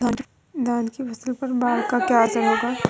धान की फसल पर बाढ़ का क्या असर होगा?